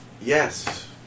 Yes